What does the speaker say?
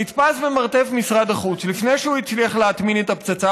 נתפס במרתף משרד החוץ לפני שהוא הצליח להטמין את הפצצה,